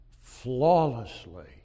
flawlessly